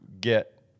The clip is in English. get